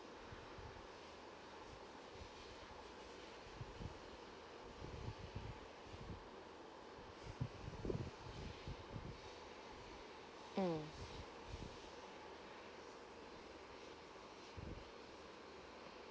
mm mmhmm